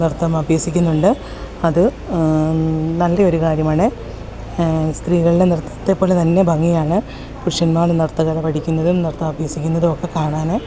നൃത്തം അഭ്യസിക്കുന്നുണ്ട് അത് നല്ല ഒരു കാര്യമാണ് സ്ത്രീകളുടെ നൃത്തത്തെപ്പോലെ ഭംഗിയാണ് പുരുഷന്മാർ നൃത്തകല പഠിക്കുന്നതും നൃത്തം അഭ്യസിക്കുന്നതും ഒക്കെ കാണാൻ